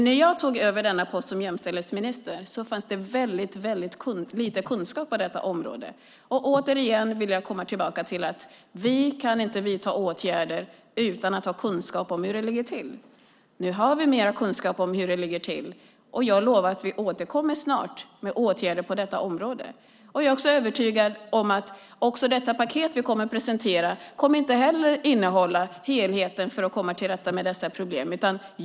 När jag tog över denna post som jämställdhetsminister fanns det väldigt lite kunskap på detta område. Jag vill åter komma tillbaka till att vi inte kan vidta åtgärder utan att ha kunskap om hur det ligger till. Nu har vi mer kunskap om hur det ligger till. Jag lovar att vi snart återkommer med åtgärder på detta område. Jag är också övertygad om att det paket vi kommer att presentera inte kommer att innehålla helheten för att komma till rätta med dessa problem.